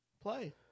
play